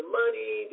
money